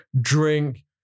drink